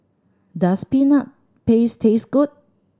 does Peanut Paste taste good